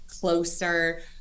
closer